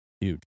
Huge